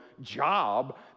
job